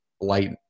light